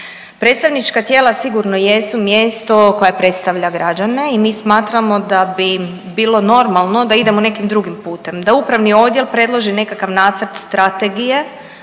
Predstavnička tijela sigurno jesu mjesto koje predstavlja građane i mi smatramo da bi bilo normalno da idemo nekim drugim putem. Da upravni odjel predloži nekakav nacrt strategije